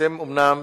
אתם אומנם